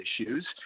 issues